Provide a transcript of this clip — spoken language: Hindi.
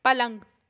पलंग